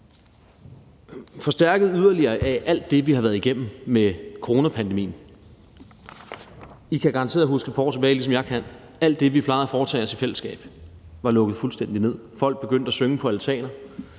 forstærket yderligere af alt det, vi har været igennem med coronapandemien. I kan garanteret huske et par år tilbage, ligesom jeg kan. Alt det, vi plejede at foretage os i fællesskab, var lukket fuldstændig ned. Folk begyndte at synge på altaner,